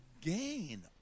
gain